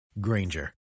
Granger